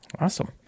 Awesome